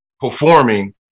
performing